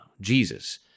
Jesus